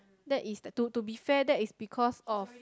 that is like to to be fair that is because of